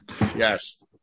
Yes